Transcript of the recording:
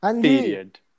period